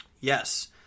Yes